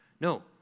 No